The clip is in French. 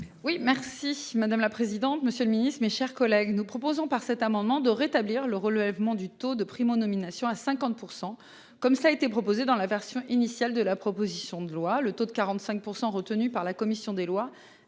Oui merci madame la présidente. Monsieur le Ministre, mes chers collègues, nous proposons par cet amendement de rétablir le relèvement du taux de prime nominations à 50% comme cela a été proposé dans la version initiale de la proposition de loi, le taux de 45% retenu par la commission des lois